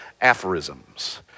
aphorisms